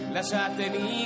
Lasciatemi